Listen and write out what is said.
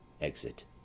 Exit